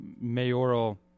mayoral